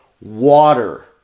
water